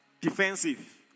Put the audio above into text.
Defensive